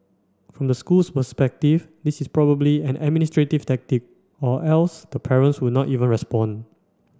from the school's perspective this is probably an administrative tactic or else the parents would not even respond